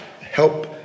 help